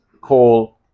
call